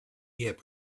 year